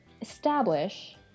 establish